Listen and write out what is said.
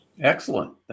Excellent